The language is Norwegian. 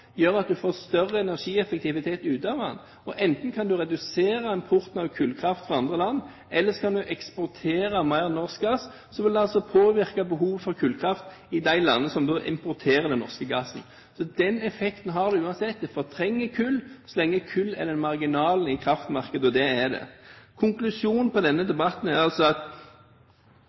gjør at en får større energieffektivitet ut av den. Enten kan en redusere importen av kullkraft fra andre land, eller så kan en eksportere mer norsk gass. Så vil det påvirke behovet for kullkraft i de landene som importerer den norske gassen. Den effekten har det uansett, det fortrenger kull så lenge kull er det marginale i kraftmarkedet – og det er det. Konklusjonen på denne debatten er at regjeringen forsvarer at